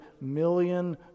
million